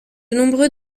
nombreux